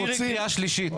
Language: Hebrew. --- נאור שירי, קריאה שלישית.